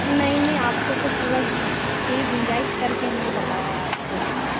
نہیں نہیں آپ کو تو پورا پوری گنجائش کر کے ہم نے بتایا ہے آپ کو